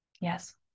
Yes